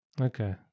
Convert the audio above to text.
Okay